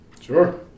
Sure